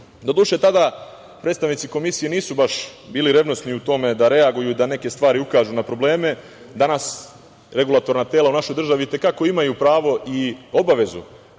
dobro. Doduše, tada predstavnici Komisije nisu baš bili revnosni u tome da reaguju, da ukažu na neke stvari, na probleme. Danas regulatorna tela u našoj državi i te kako imaju pravo i obavezu